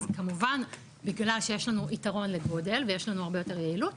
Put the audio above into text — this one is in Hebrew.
אז כמובן מכיוון שיש לנו יתרון לגודל ויש לנו הרבה יותר יעילות,